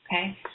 Okay